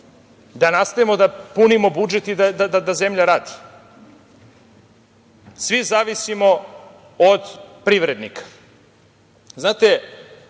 da nastavimo da punimo budžet i da zemlja radi. Svi zavisimo od privrednika. Moram